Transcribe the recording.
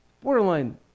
Borderline